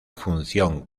función